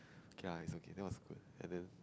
okay lah it's okay that was good and then